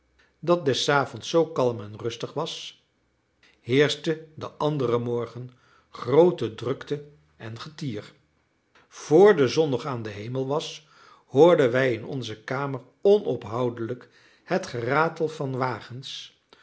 dat des avonds zoo kalm en rustig was heerschte den anderen morgen groote drukte en getier vr de zon nog aan den hemel was hoorden wij in onze kamer onophoudelijk het geratel van wagens